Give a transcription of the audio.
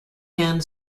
hand